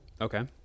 Okay